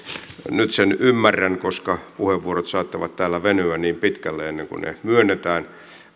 nyt sen ymmärrän koska odottaminen saattaa täällä venyä niin pitkälle ennen kuin puheenvuoro myönnetään